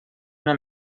una